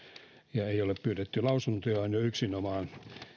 ja ei ole pyydetty lausuntoja ovat jo yksinomaan